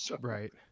Right